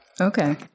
okay